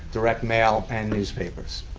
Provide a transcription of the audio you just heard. direct mail and newspapers.